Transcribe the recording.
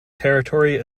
territory